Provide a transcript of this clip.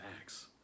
Acts